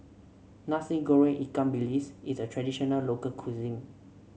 Nasi Goreng Ikan Bilis is a traditional local cuisine